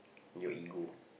your ego